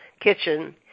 kitchen